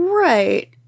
Right